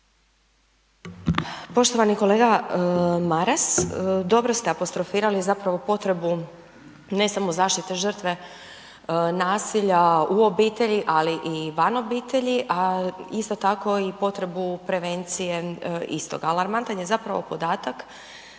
Poštovani kolega Maras, dobro ste apostrofirali zapravo potrebu ne samo zaštite žrtve nasilja u obitelji, ali i van obitelji, a isto tako i potrebu prevencije istog. Alarmantan je zapravo podatak,